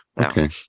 Okay